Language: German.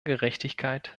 gerechtigkeit